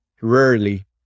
rarely